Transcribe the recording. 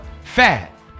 fat